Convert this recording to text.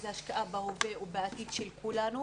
זו השקעה בהווה ובעתיד של כולנו,